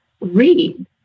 read